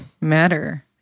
matter